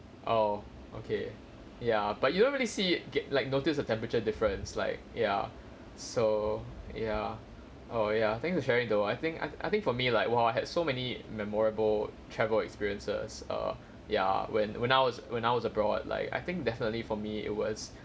oh okay ya but you don't really see g~ like notice the temperature difference like ya so ya oh ya thanks for sharing though I think I I think for me like while I had so many memorable travel experiences err ya when when I was when I was abroad like I think definitely for me it was